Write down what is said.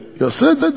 שיעשה את זה,